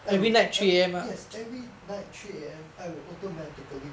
I will eh yes every night three A_M I will automatically